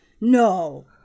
No